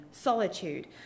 solitude